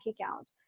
account